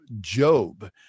Job